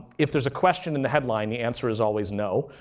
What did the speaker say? if there's a question in the headline the answer is always no.